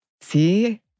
See